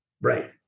Right